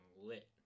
lit